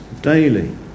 daily